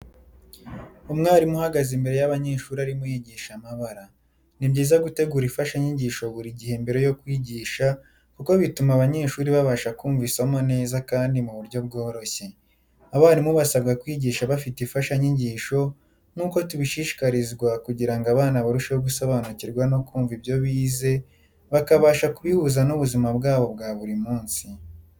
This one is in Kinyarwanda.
Umwarimu uhagaze imbere y'abanyeshuri arimo yigisha amabara. Ni byiza gutegura imfashanyigisho buri gihe mbere yo kwigisha kuko bituma abanyeshura babasha kumva isomo neza kandi mu buryo bworoshye. Abarimu basabwa kwigisha bafite ,imfashanyigisho nk'uko tubishishikarizwa kugirango abana barusheho gusobanukurwa no kumva ibyo bize bakabasha kubihuza n'ubuzima bwabo bwa buri munsi.